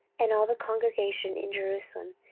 and all the congregation in jerusalem,